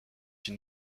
une